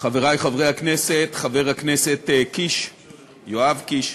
חברי חברי הכנסת, חבר הכנסת יואב קיש,